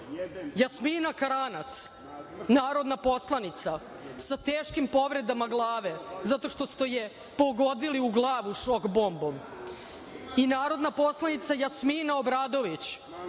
Srbije. Jasmina Karanac, narodna poslanica, sa teškim povredama glave zato što ste je pogodili u glavu šok bombom i narodna poslanica Jasmina Obradović